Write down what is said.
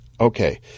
Okay